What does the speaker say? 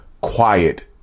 quiet